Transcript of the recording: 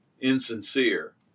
insincere